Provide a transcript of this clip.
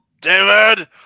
David